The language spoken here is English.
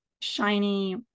shiny